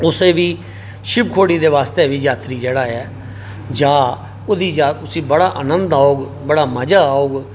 कुसै बी शिवखोड़ी दे आस्तै बी यात्री जेहड़ा ऐ जाऽ उसी बड़ा आनंद औग बडा मजा औग